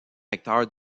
recteur